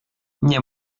nie